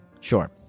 Sure